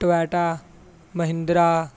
Toyota Mahindra